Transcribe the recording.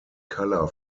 color